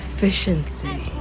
Efficiency